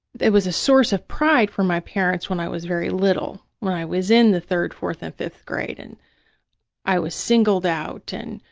it was a source of pride for my parents when i was very little, when i was in the third, fourth and fifth grade. and i was singled out and,